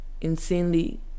insanely